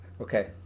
Okay